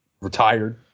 retired